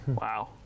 wow